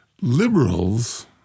Liberals